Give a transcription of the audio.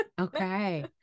okay